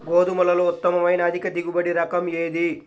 గోధుమలలో ఉత్తమమైన అధిక దిగుబడి రకం ఏది?